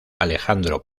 alejandro